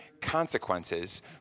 consequences